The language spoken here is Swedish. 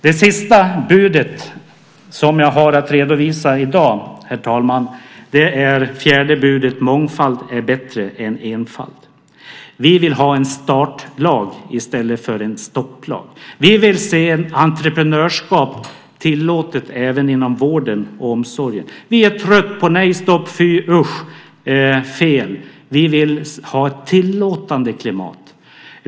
Det sista budet som jag har att redovisa i dag, herr talman, är fjärde budet: Mångfald är bättre än enfald. Vi vill ha en startlag i stället för en stopplag. Vi vill se entreprenörskap tillåtet även inom vården och omsorgen. Vi är trötta på stopp, nej, usch, fel. Vi vill ha ett tillåtande klimat.